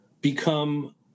become